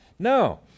No